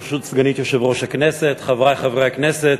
ברשות סגנית יושב-ראש הכנסת, חברי חברי הכנסת,